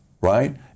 Right